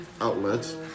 outlets